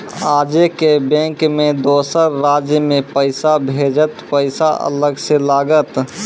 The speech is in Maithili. आजे के बैंक मे दोसर राज्य मे पैसा भेजबऽ पैसा अलग से लागत?